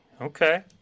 Okay